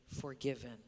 forgiven